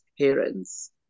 parents